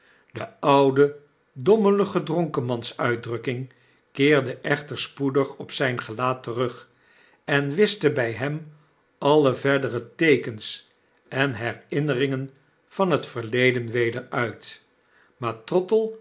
de oude dommelige dronkemans uitdrukking keerde echter spoedig op zgn gelaat terug en wischte bij hem alle verdere teekens en herinneringen van het verleden weder uit maar